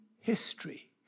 history